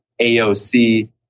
AOC